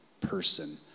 person